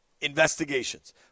investigations